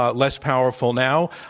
ah less powerful now,